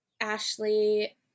Ashley